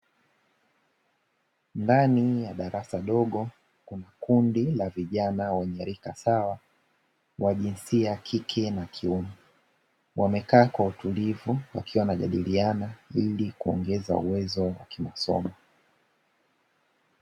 Ndani ya darasa dogo kundi la vijana wenye rika sawa wa jinsia kike na kiume, wamekaa kwa utulivu wakiwa wanajadiliana ili kuongeza uwezo wa kimasomo.